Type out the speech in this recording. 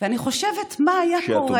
ואני חושבת מה היה קורה,